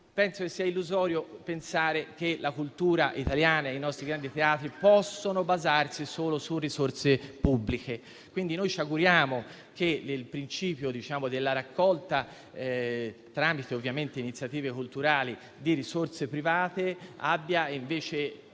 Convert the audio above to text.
con il collega Pirondini - che la cultura italiana e i nostri grandi teatri possano basarsi solo su risorse pubbliche. Ci auguriamo quindi che il principio della raccolta, tramite iniziative culturali, di risorse private abbia, invece